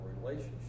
relationship